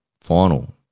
final